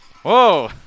Whoa